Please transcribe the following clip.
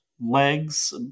legs